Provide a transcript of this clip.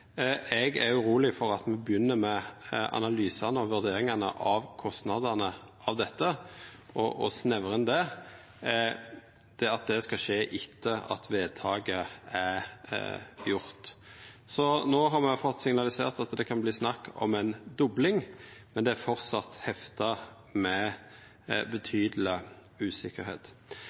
Eg er uroleg for at me begynner med analysane og vurderingane av kostnadene av dette og snevrar inn det etter at vedtaket er gjort. No har me fått signalisert at det kan verta snakk om ei dobling, men det er framleis hefta med betydeleg usikkerheit.